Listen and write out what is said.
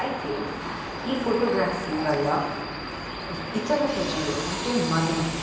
అయితే ఈ ఫోటోగ్రఫీ వల్ల ఇతర ప్రజలు అంటే మనం